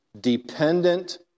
dependent